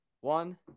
one